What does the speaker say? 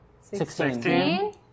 sixteen